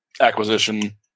acquisition